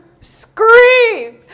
scream